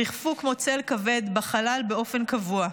ריחפו כמו צל כבד בחלל באופן קבוע.